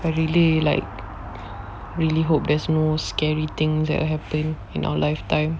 I really like really hope there's more scary thing that happen in our lifetime